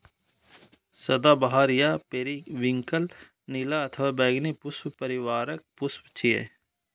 सदाबहार या पेरिविंकल नीला अथवा बैंगनी पुष्प परिवारक पुष्प छियै